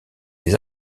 des